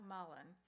Mullen